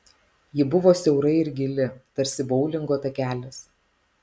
ji buvo siaura ir gili tarsi boulingo takelis